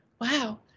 wow